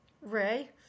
Ray